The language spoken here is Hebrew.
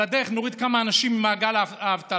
על הדרך נוריד כמה אנשים ממעגל האבטלה.